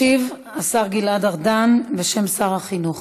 ישיב השר גלעד ארדן, בשם שר החינוך.